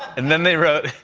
and then they wrote,